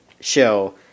show